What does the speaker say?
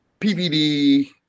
PVD